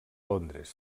londres